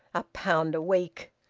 a pound a week!